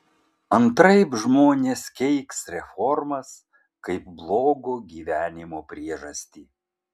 antraip žmonės keiks reformas kaip blogo gyvenimo priežastį